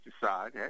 decide